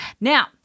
Now